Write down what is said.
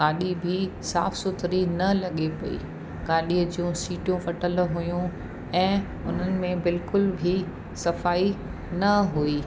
गाॾी बि साफ़ सुथरी न लॻे पई गाॾीअ जूं सीटियूं फाटल हुइयूं ऐं हुननि में बिल्कुलु बि सफ़ाई न हुई